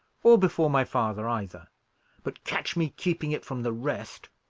or before my father, either but catch me keeping it from the rest.